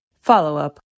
Follow-up